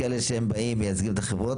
שהם באים ומייצגים את החברות,